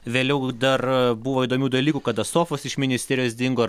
vėliau dar buvo įdomių dalykų kada sofos iš ministerijos dingo